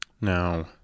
Now